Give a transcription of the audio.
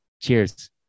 Cheers